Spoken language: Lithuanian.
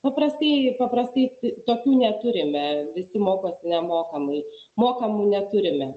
paprastai paprastai tokių neturime visi mokosi nemokamai mokamų neturime